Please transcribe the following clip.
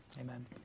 Amen